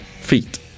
feet